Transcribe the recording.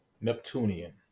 Neptunian